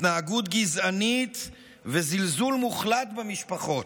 התנהגות גזענית וזלזול מוחלט במשפחות.